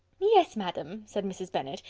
yes, madam, said mrs. bennet,